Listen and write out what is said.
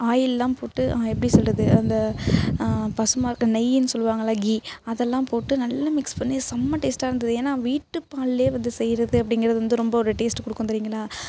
ஆயில்லாம் போட்டு எப்படி சொல்கிறது அந்த பசுமாட்டு நெய்னு சொல்வாங்கள்ல கீ அதெல்லாம் போட்டு நல்லா மிக்ஸ் பண்ணி செம்ம டேஸ்டாக இருந்தது ஏன்னா வீட்டுப் பால்லே வந்து செய்கிறது அப்படிங்கிறது வந்து ரொம்ப ஒரு டேஸ்ட் கொடுக்கும் தெரியுங்களா